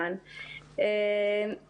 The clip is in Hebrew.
הרציונל שמאחורי התקנות והחוק לא מתווך להם